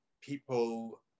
people